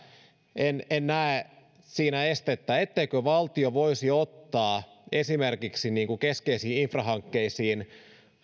en en näe siinä estettä etteikö valtio voisi ottaa esimerkiksi keskeisiin infrahankkeisiin